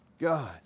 God